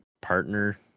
partner